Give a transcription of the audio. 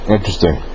Interesting